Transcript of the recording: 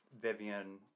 Vivian